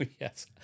Yes